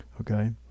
Okay